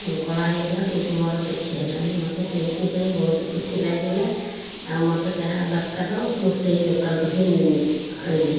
କଳା ହେଇଗଲା କିନ୍ତୁ ମୋର କିଛି ହେଲାନି ମୋତେ ସେଥିପାଇଁ ବହୁତ ଖୁସି ଲାଗିଲା ଆଉ ମୋତେ ଯାହା ଦରକାର ମୁଁ ସେହି ଦୋକାନରୁୁ ହିଁ ଆଣିବି